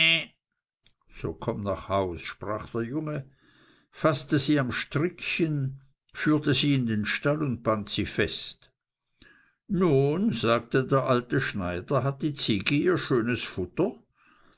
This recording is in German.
so komm nach haus sprach der junge faßte sie am strickchen führte sie in den stall und band sie fest nun sagte der alte schneider hat die ziege ihr gehöriges futter